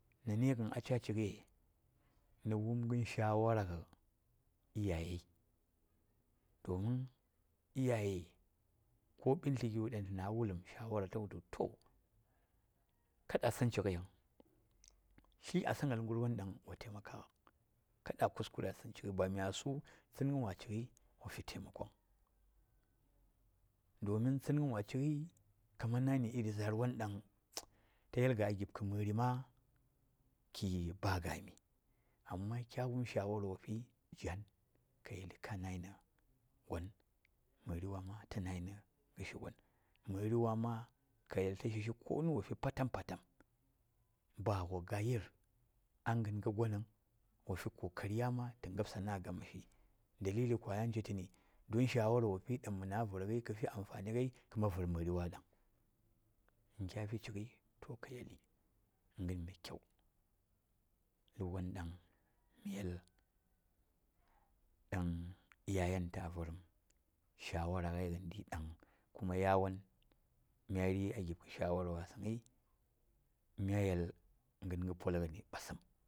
﻿Na ni cha chigai, na wumgən shawara iyaye domin iyaye ko ɓildi gyo ta wulga shawara tu to kada a tsin chik vung, tla a lan ngal garwan ɗan wa somga da na durtu tsingan wa chikgai ka fi vung, domin tsingai wa chikgai ka man nayi na iri zarwan ɗan ta yelgo a gipko mari ma ki ba gami amma kya wum satkon vi wopi jaan ka yeli ka nayi gwan mari wa ma ta nayi na garshi gon, mari wa ma ka yel ta shishi konu wa fi patam. Patam ba wa ga yir a gango gon vung, wa fi kokari yan ma ta ngab laa gamaski des yan chi tu ni satkon vi wan ɗan ma virga kafi la gai ka man vir mari wa ɗon in kya fi chigai to na gan mai kyau garwan ɗan iyayen ta viram shawara gai ganɗi kuma yawan mya ri a gibka shawara wasagai, yawan mya yel nə ganga polgani ɓasəm.